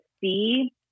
see